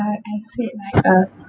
uh I said my uh